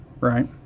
Right